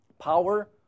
Power